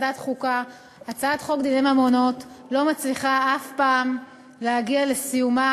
הצעת חוק דיני ממונות לא מצליחה אף פעם להגיע לסיומה,